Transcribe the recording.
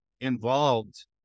involved